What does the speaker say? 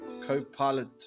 Copilot